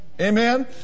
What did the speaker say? Amen